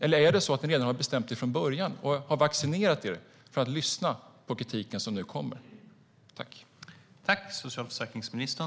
Har ni redan bestämt er från början och vaccinerat er mot att lyssna på kritiken?